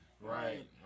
Right